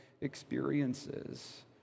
experiences